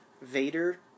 Vader